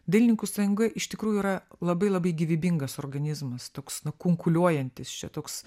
dailininkų sąjunga iš tikrųjų yra labai labai gyvybingas organizmas toks nu kunkuliuojantis čia toks